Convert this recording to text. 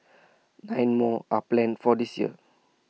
nine more are planned for this year